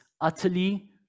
utterly